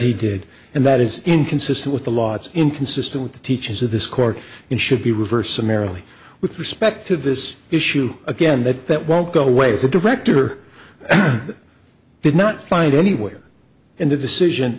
he did and that is inconsistent with the law it's inconsistent with the teachings of this court and should be reversed summarily with respect to this issue again that that won't go away the director did not find anywhere in the decision